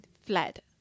fled